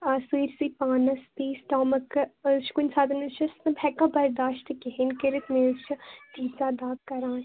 سٲرسٕے پانَس بیٚیہِ سٹامَک کُنہِ ساتَن چھس نہٕ بہٕ ہیٚکان برداشت تہِ کِہیٖنۍ کٔرِتھ مےٚ حظ چھِ تیٖژا دَگ کَران